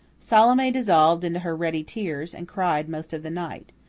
salome dissolved into her ready tears, and cried most of the night.